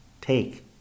Take